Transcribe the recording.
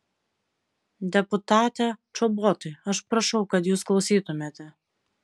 deputate čobotai aš prašau kad jūs klausytumėte